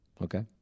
Okay